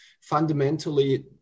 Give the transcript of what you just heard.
fundamentally